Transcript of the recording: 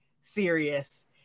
serious